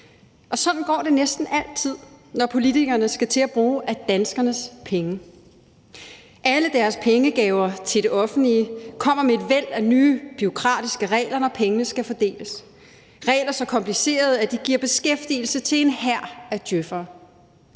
og sådan går det næsten altid, når politikerne skal til at bruge af danskernes penge. Alle deres pengegaver til det offentlige kommer med et væld af nye bureaukratiske regler, når pengene skal fordeles – regler så komplicerede, at de giver beskæftigelse til en hær af djøf'ere.